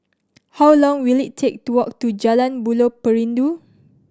how long will it take to walk to Jalan Buloh Perindu